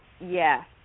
Yes